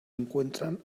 encuentran